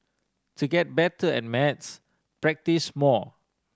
to get better at maths practise more